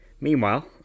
Meanwhile